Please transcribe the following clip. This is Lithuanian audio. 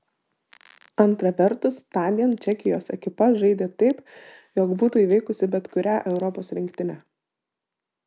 antra vertus tądien čekijos ekipa žaidė taip jog būtų įveikusi bet kurią europos rinktinę